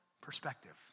perspective